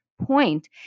point